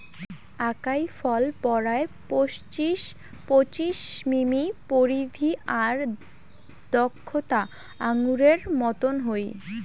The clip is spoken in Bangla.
আকাই ফল পরায় পঁচিশ মিমি পরিধি আর দ্যাখ্যাত আঙুরের মতন হই